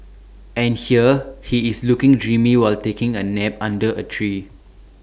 and here he is looking dreamy while taking A nap under A tree